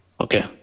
Okay